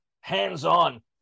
hands-on